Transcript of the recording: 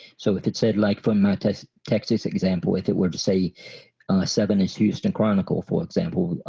so if it said like for my texas texas example if it were to say seven is houston chronicle for example